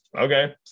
Okay